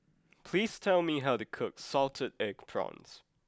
please tell me how to cook Salted Egg Prawns